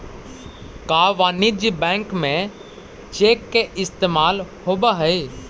का वाणिज्य बैंक में चेक के इस्तेमाल होब हई?